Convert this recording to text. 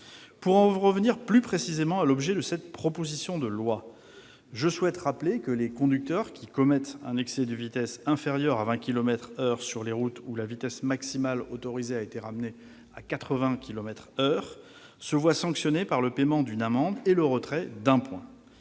Pour en revenir à l'objet de cette proposition de loi, je souhaite rappeler que les conducteurs qui commettent un excès de vitesse inférieur à 20 kilomètres par heure sur les routes où la vitesse maximale autorisée a été ramenée à 80 kilomètres par heure se voient sanctionnés par le paiement d'une amende et le retrait d'un point.